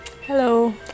Hello